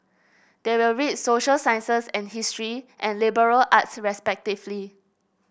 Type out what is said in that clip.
they will read social sciences and history and liberal arts respectively